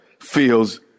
feels